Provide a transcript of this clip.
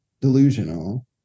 delusional